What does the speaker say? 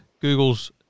Google's